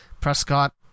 Prescott